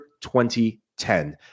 2010